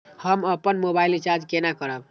हम अपन mobile recharge केना करब?